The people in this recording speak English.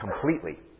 completely